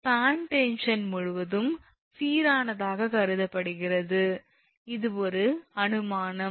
span tension முழுவதும் சீரானதாகக் கருதப்படுகிறது இது ஒரு அனுமானம்